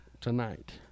tonight